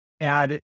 add